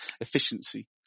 efficiency